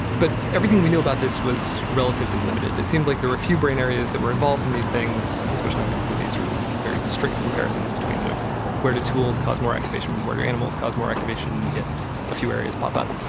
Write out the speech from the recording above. but everything we knew about this was relatively limited. it seemed like there were a few brain areas that were involved in these things, especially when people did these sort of very strict comparisons between you know where do tools cause more activation, where do animals cause more activation, and you get a few areas pop up.